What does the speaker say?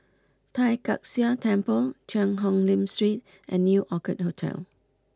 Tai Kak Seah Temple Cheang Hong Lim Street and New Orchid Hotel